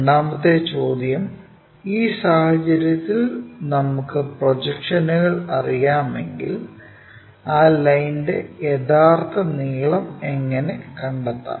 രണ്ടാമത്തെ ചോദ്യം ഈ സാഹചര്യത്തിൽ നമുക്ക് പ്രൊജക്ഷനുകൾ അറിയാമെങ്കിൽ ആ ലൈൻറെ യഥാർത്ഥ നീളം എങ്ങനെ കണ്ടെത്താം